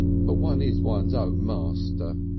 but one is one's own master.